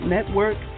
Network